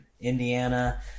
Indiana